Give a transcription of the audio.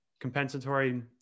compensatory